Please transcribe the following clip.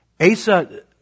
Asa